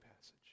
passage